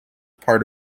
part